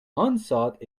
unsought